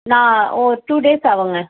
நான் ஒரு two days ஆகுங்க